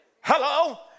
Hello